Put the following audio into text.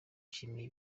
nishimiye